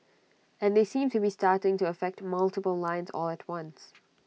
and they seem to be starting to affect multiple lines all at once